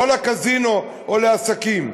לא לקזינו ולעסקים.